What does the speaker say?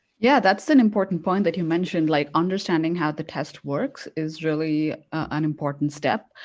yeah that's an important point that you mentioned like understanding how the test works is really an important step.